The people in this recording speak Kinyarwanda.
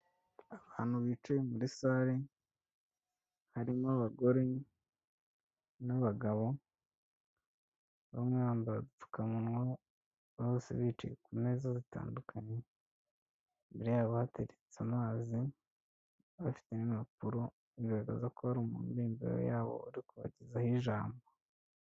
Abantu bicaye muri sale harimo abagore n'abagabo, bamwe bambaye udupfukamuwa, bose bicaye ku meza zitandukanye, imbere yabo hateretse amazi, bafite n'impapuro bigaragaza ko hari umuntu uri imbere yabo ari kubagezaho ijambo.